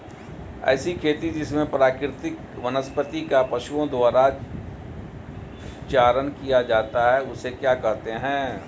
ऐसी खेती जिसमें प्राकृतिक वनस्पति का पशुओं द्वारा चारण किया जाता है उसे क्या कहते हैं?